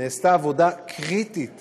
נעשתה עבודה קריטית